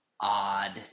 odd